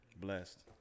Blessed